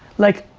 like,